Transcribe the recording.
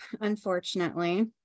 unfortunately